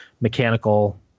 mechanical